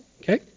Okay